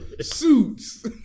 suits